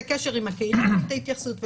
את הקשר עם הקהילה ואת ההתייחסות.